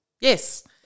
Yes